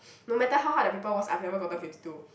no matter how hard the paper was I've never gotten fifty two